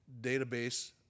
database